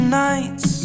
nights